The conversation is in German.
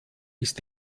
ist